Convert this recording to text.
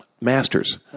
Masters